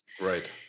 Right